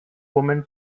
woman